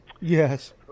Yes